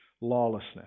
lawlessness